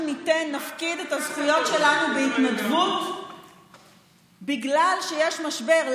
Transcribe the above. אנחנו נפקיד את הזכויות שלנו בהתנדבות בגלל שיש משבר.